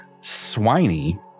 Swiney